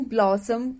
Blossom